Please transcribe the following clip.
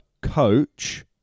coach